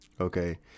okay